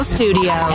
Studio